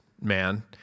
man